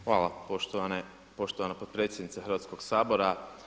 Hvala poštovana potpredsjednice Hrvatskog sabora.